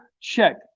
check